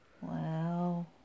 Wow